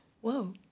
Whoa